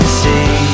see